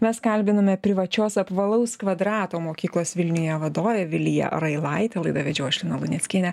mes kalbiname privačios apvalaus kvadrato mokyklos vilniuje vadovę viliją railaitę laidą vedžiau aš lina luneckienė